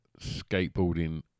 skateboarding –